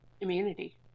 immunity